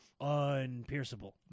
unpierceable